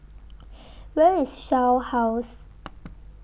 Where IS Shell House